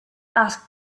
asked